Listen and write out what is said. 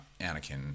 anakin